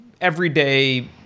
everyday